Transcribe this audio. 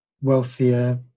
wealthier